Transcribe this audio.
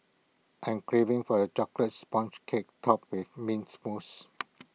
I am craving for A Chocolate Sponge Cake Topped with Mint Mousse